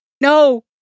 No